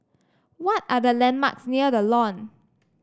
what are the landmarks near The Lawn